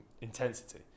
intensity